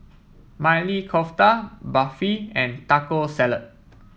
Maili Kofta Barfi and Taco Salad